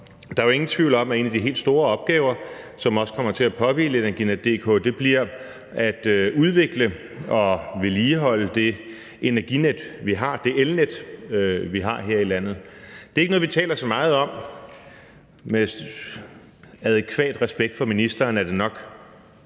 Der er ikke nogen tvivl om, at en af de helt store opgaver, som også kommer til at påhvile Energinet, bliver at udvikle og vedligeholde det energinet, det elnet, vi har her i landet. Det er ikke noget, vi taler så meget om, men med adekvat respekt for ministeren er det nok